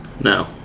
No